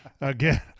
Again